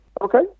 Okay